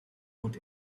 put